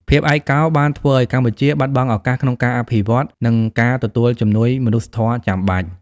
ភាពឯកោបានធ្វើឱ្យកម្ពុជាបាត់បង់ឱកាសក្នុងការអភិវឌ្ឍ និងការទទួលជំនួយមនុស្សធម៌ចាំបាច់។